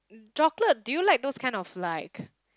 chocolate do you like those kind of like